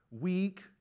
weak